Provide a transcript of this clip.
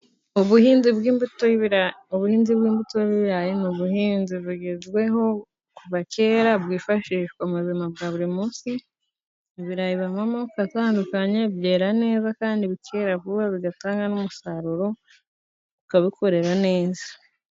Ubuhinzi bw'imbuto, ubuhinzi bw'imbuto n'ibirayi ni ubuhinzi bugezweho kuva kera bwifashishwa mu buzima bwa buri munsi, ibirayi bibamo amoko atandukanye, byera neza kandi bukera vuba bigatanga n'umusaruro, ukabikorera neza.